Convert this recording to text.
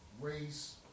race